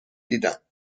دیدم